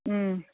उम